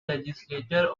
legislature